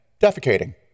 defecating